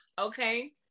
Okay